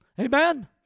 Amen